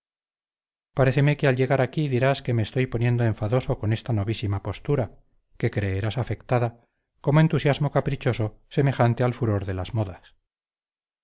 extravagante paréceme que al llegar aquí dirás que me estoy poniendo enfadoso con esta novísima postura que creerás afectada como entusiasmo caprichoso semejante al furor de las modas